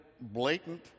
blatant